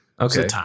Okay